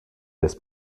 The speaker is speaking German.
des